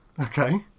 Okay